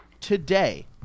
today